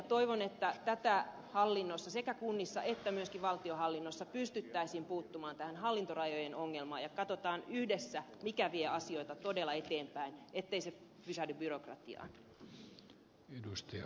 toivon että hallinnossa sekä kunnissa että myöskin valtionhallinnossa pystyttäisiin puuttumaan näihin hallintorajojen ongelmiin ja katsomaan yhdessä mikä vie asioita todella eteenpäin etteivät ne pysähdy byrokratiaan